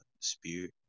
Spirit